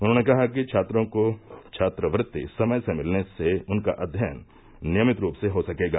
उन्होंने कहा कि छात्रों को छात्रवृत्ति समय से मिलने से उनका अध्ययन नियमित रूप से हो सकेगा